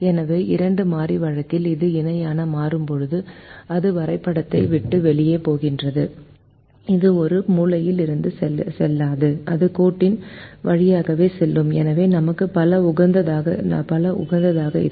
எனவே இரண்டு மாறி வழக்கில் அது இணையாக மாறும்போது அது வரைபடத்தை விட்டு வெளியேறும்போது அது ஒரு மூலையில் இருந்து செல்லாது அது கோட்டின் வழியாகவே செல்லும் எனவே நமக்கு பல உகந்ததாக இருக்கும்